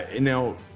Now